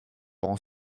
rend